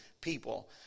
people